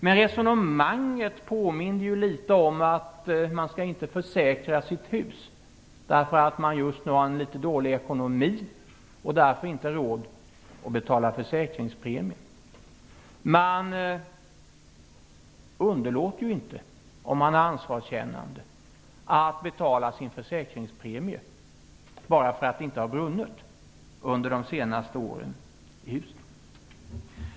Det är litet grand att resonera som att man inte skall försäkra sitt hus eftersom man just nu har litet dålig ekonomi och därför inte råd att betala försäkringspremien. Om man är ansvarskännande underlåter man inte att betala sin försäkringspremie bara därför att det inte har brunnit i huset under de senaste åren.